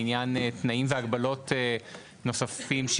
לעניין תנאים והגבלות נוספים,